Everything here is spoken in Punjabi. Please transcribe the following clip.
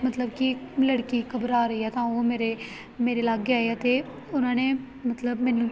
ਮਤਲਬ ਕਿ ਲੜਕੀ ਘਬਰਾ ਰਹੀ ਹੈ ਤਾਂ ਉਹ ਮੇਰੇ ਮੇਰੇ ਲਾਗੇ ਆਏ ਅਤੇ ਉਹਨਾਂ ਨੇ ਮਤਲਬ ਮੈਨੂੰ